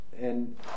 and